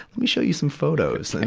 let me show you some photos.